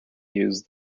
use